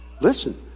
listen